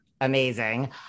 amazing